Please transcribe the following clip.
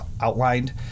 outlined